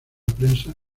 prensa